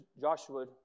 Joshua